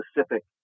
specific